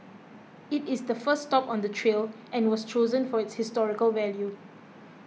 it is the first stop on the trail and was chosen for its historical value